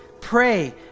pray